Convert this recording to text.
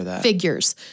figures